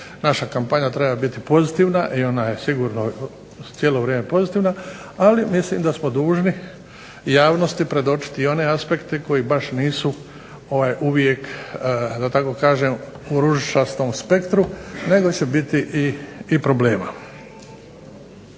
Naša kampanja treba biti pozitivna i ona je sigurno cijelo vrijeme pozitivna, ali mislim da smo dužni javnosti predočiti i one aspekte koji baš nisu uvijek da tako kažem u ružičastom spektru nego će biti i problema.